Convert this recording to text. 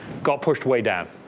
got pushed way down.